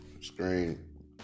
screen